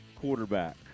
quarterback